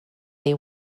they